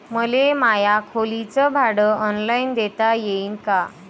मले माया खोलीच भाड ऑनलाईन देता येईन का?